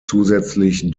zusätzlich